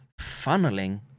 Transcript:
funneling